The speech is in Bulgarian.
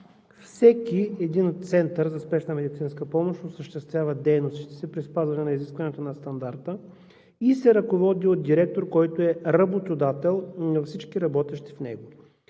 Всеки един център за спешна медицинска помощ осъществява дейностите си при спазване изискванията на стандарта и се ръководи от директор, който е работодател на всички работещи в него.